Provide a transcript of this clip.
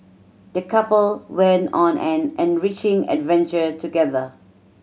the couple went on an enriching adventure together